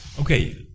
Okay